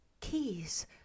keys